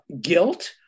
guilt